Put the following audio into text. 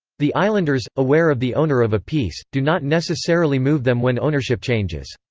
the islanders, aware of the owner of a piece, do not necessarily move them when ownership changes.